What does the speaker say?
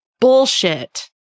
bullshit